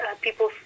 people